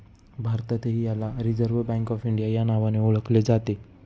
भारतातही याला reserve bank of India या नावाने ओळखले जाते